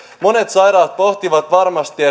monet sairaat pohtivat varmasti